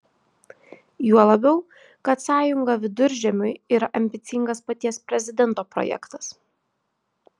juo labiau kad sąjunga viduržemiui yra ambicingas paties prezidento projektas